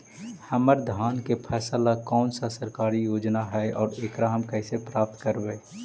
हमर धान के फ़सल ला कौन सा सरकारी योजना हई और एकरा हम कैसे प्राप्त करबई?